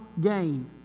gain